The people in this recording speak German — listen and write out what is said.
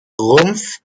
rumpf